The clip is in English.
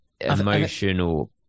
emotional